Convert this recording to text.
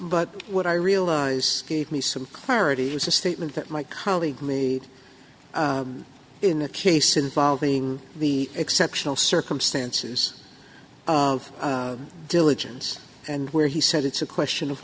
but what i realize gave me some clarity was a statement that my colleague made in a case involving the exceptional circumstances of diligence and where he said it's a question of